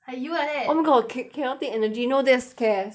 like you like that oh my god ca~ cannot take energy no that's cas